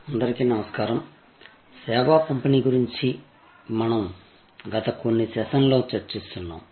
అందరికీ నమస్కారం సేవా పంపిణీ గురించి మనం గత కొన్ని సెషన్లలో చర్చిస్తున్నాము